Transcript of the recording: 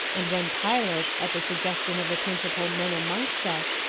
and when pilate, at the suggestion of the principal men amongst us,